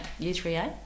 U3A